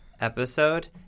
episode